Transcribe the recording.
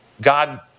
God